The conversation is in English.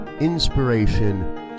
inspiration